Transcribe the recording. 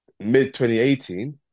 mid-2018